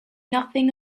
nothing